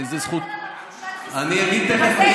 אתה קראת לה מכחישת חיסונים, אני אגיד תכף.